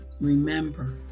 remember